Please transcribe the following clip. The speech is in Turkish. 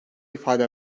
ifade